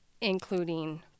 including